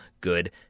good